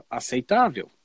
aceitável